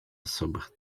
особых